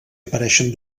apareixen